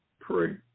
pray